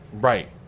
Right